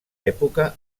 època